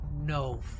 No